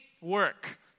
work